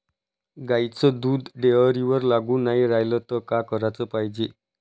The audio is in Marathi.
गाईचं दूध डेअरीवर लागून नाई रायलं त का कराच पायजे?